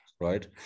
right